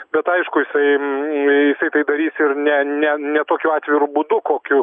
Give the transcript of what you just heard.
bet aišku jisai jisai tai darys ir ne ne ne tokiu atviru būdu kokiu